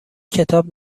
کتاب